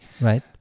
right